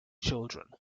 children